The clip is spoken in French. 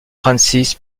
francis